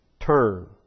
Turn